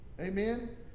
Amen